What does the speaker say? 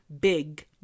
big